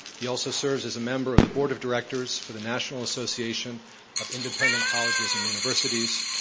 he also serves as a member of the board of directors for the national association of independent colleges and universities,